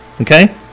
Okay